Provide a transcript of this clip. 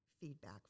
feedback